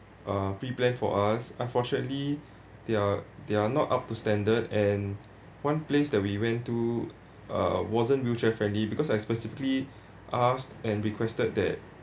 uh pre-plan for us unfortunately they are they are not up to standard and one place that we went to uh wasn't wheelchair-friendly because I specifically ask and requested that